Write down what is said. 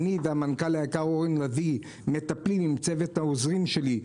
אני והמנכ"ל היקר אורן לביא מטפלים עם צוות העוזרים שלי.